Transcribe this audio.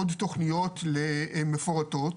מקודמות עוד תוכניות מפורטות,